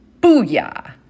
Booyah